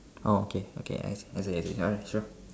oh okay okay I say already alright sure